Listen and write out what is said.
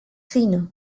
fino